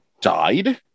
died